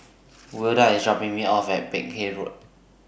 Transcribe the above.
Wilda IS dropping Me off At Peck Hay Road